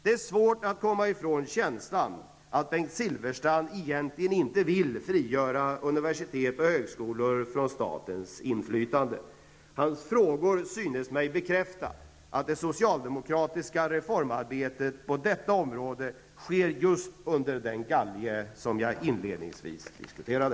Det är svårt att komma ifrån känslan att Bengt Silfverstrand egentligen inte vill frigöra universitet och högskolor från statens inflytande. Hans frågor synes mig bekräfta att det socialdemokratiska reformarbetet på dessa område sker just under den galge jag inledningsvis diskuterade.